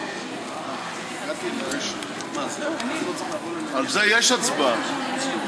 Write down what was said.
--- על זה יש הצבעה.